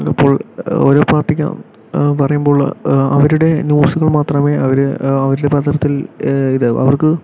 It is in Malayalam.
ഇന്ന് ഇപ്പോൾ ഓരോ പാർട്ടിക്ക് പറയുമ്പോൾ അവരുടെ ന്യൂസുകൾ മാത്രമേ അവര് അവരുടെ പത്രത്തിൽ ഇത് അവർക്ക്